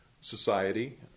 society